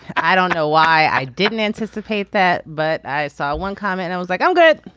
i don't know why i didn't anticipate that but i saw one comment. i was like i'm good.